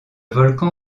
volcan